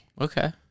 Okay